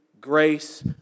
grace